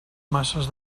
masses